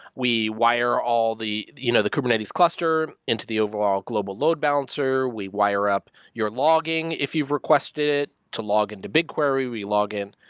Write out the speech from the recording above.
we wire all the you know the kubernetes cluster into the overall global load balancer. we wire up your logging if you've requested it. to log into big, we we log in.